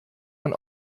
man